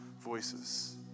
voices